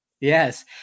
Yes